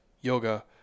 yoga